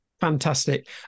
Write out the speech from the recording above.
Fantastic